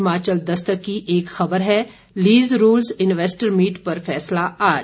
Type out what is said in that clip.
हिमाचल दस्तक की एक खबर है लीज रूल्स इन्वेस्टर मीट पर फैसला आज